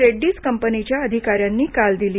रेड्डीज कंपनीच्या अधिकाऱ्यांनी काल दिली